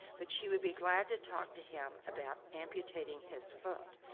but she would be glad to talk to him about amputating his foot,